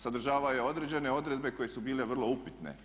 Sadržavao je određene odredbe koje su bile vrlo upitne.